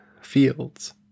fields